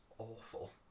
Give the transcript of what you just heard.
Awful